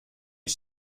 you